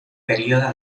període